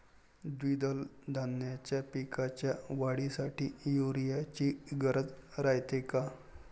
द्विदल धान्याच्या पिकाच्या वाढीसाठी यूरिया ची गरज रायते का?